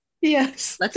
Yes